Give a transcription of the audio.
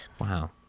Wow